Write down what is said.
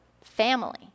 family